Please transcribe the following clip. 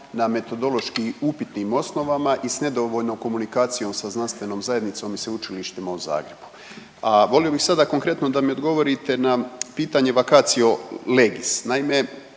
na metodološki upitnim osnovama i s nedovoljno komunikacije sa znanstvenom zajednicom i sveučilištima u Zagrebu. A volio bi sad konkretno da mi odgovorite na pitanje vacatio legis.